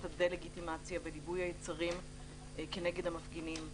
הדה-לגיטימציה וליבוי היצרים כנגד המפגינים.